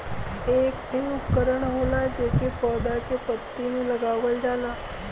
एक ठे उपकरण होला जेके पौधा के पत्ती में लगावल जाला